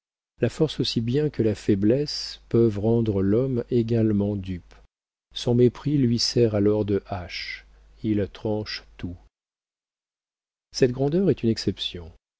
la force aussi bien que la faiblesse peuvent rendre l'homme également dupe son mépris lui sert alors de hache il tranche tout cette grandeur est une exception